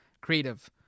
creative